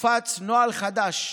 הופץ נוהל חדש,